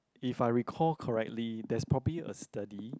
if I recall correctly there's probably a study